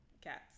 Cats